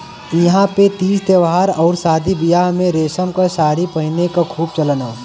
इहां पे तीज त्यौहार आउर शादी बियाह में रेशम क सारी पहिने क खूब चलन हौ